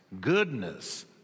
goodness